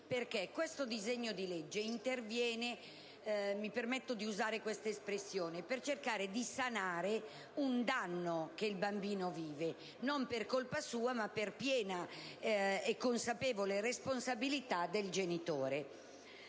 questa espressione - per cercare di sanare un danno che il bambino vive non per colpa sua, ma per piena e consapevole responsabilità del genitore.